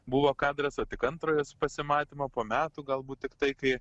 buvo kadras o tik antrojo pasimatymo po metų galbūt tiktai kai